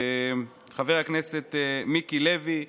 חבר הכנסת מיקי לוי,